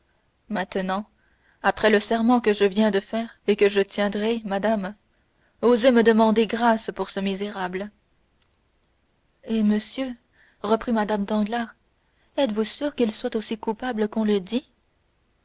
maintenant après le serment que je viens de faire et que je tiendrai madame osez me demander grâce pour ce misérable eh monsieur reprit mme danglars êtes-vous sûr qu'il soit aussi coupable qu'on le dit